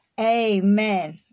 Amen